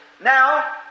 Now